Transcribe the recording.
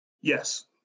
Yes